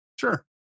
sure